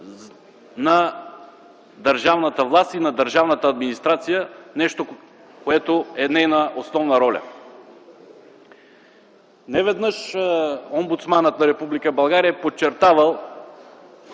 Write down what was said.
на държавната власт и на държавната администрация – нещо, което е нейна основна роля. Неведнъж омбудсманът на Република